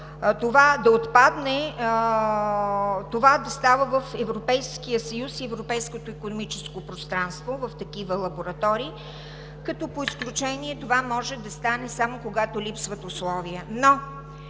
това да става в Европейския съюз и Европейското икономическо пространство в такива лаборатории, като по изключение това може да стане само, когато липсват условия.